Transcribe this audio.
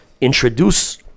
introduce